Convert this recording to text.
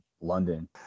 London